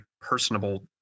personable